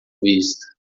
vista